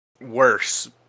worse